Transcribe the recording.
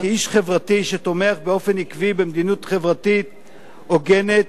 כאיש חברתי שתומך באופן עקבי במדיניות חברתית הוגנת,